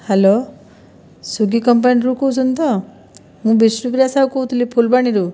hello Swiggy କମ୍ପାନୀରୁ କହୁଛନ୍ତି ତ ମୁଁ ବିଷ୍ଣୁପ୍ରିୟା ସାହୁ କହୁଥିଲି ଫୁଲବାଣୀରୁ